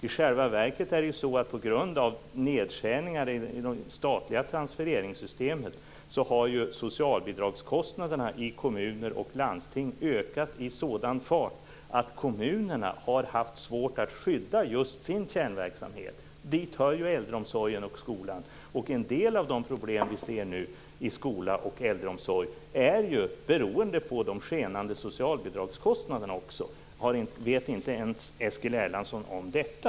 I själva verket har, på grund av nedskärningar i det statliga transfereringssystemet, socialbidragskostnaderna i kommuner och landsting ökat i en sådan fart att kommunerna har haft svårt att skydda sina kärnverksamheter. Dit hör ju äldreomsorgen och skolan. En del av de problem vi ser i skola och äldreomsorg beror ju på de skenande socialbidragskostnaderna. Vet inte Eskil Erlandsson ens om detta?